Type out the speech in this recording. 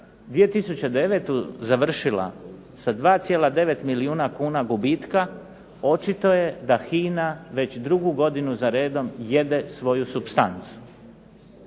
2009. završila sa 2,9 milijuna kuna gubitka, očito je da HINA već drugu godinu zaredom jede svoju supstancu.